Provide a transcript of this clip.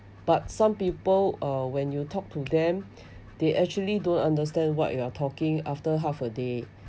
but some people uh when you talk to them they actually don't understand what you are talking after half a day